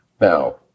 Now